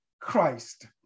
Christ